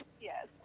yes